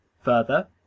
Further